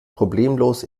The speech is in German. problemlos